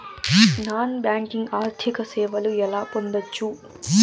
Non banking ఆర్థిక సేవలు ఎలా పొందొచ్చు?